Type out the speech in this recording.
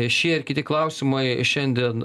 šie ir kiti klausimai šiandien